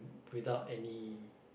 without any